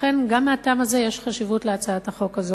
לכן גם מהטעם הזה יש חשיבות להצעת החוק הזאת.